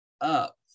UP